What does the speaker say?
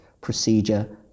procedure